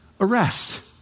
arrest